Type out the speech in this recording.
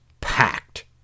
packed